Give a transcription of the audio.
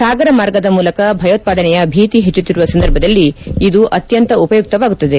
ಸಾಗರ ಮಾರ್ಗದ ಮೂಲಕ ಭಯೋತ್ವಾದನೆಯ ಭೀತಿ ಹೆಚ್ಚುತ್ತಿರುವ ಸಂದರ್ಭದಲ್ಲಿ ಇದು ಅತ್ಯಂತ ಉಪಯುಕ್ತವಾಗುತ್ತದೆ